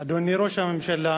אדוני ראש הממשלה